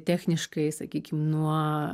techniškai sakykim nuo